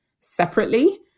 separately